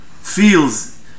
feels